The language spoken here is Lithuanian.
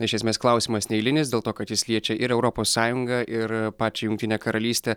iš esmės klausimas neeilinis dėl to kad jis liečia ir europos sąjungą ir pačią jungtinę karalystę